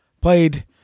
played